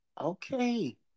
Okay